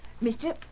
mister